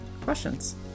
Questions